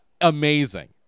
amazing